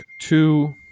two